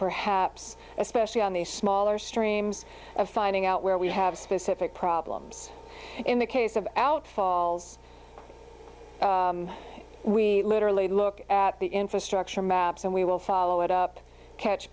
perhaps especially on the smaller streams of finding out where we have specific problems in the case of out falls we literally look at the infrastructure maps and we will follow it up catch